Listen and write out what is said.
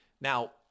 Now